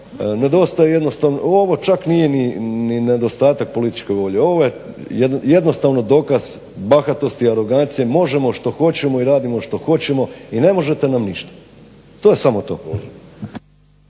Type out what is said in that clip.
nedostaje jednostavno, ovo čak nije ni nedostatak političke volje. Ovo je jednostavno dokaz bahatosti i arogancije, možemo što hoćemo i radimo što hoćemo i ne možete nam ništa. To je samo to.